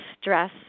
stress